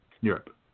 Europe